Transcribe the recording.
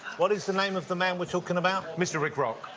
what is the name of the man we're talking about? mr rick rock.